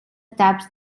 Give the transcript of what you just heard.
taps